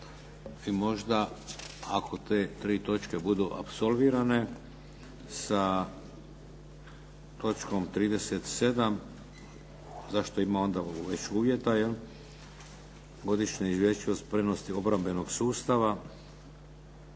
I možda ako te tri točke budu apsolvirane sa točkom 37. zašto imamo već uvjeta 'jel, Godišnje izvješće o spremnosti obrambenog sustava.